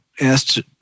asked